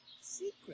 secret